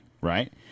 right